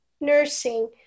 nursing